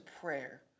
prayer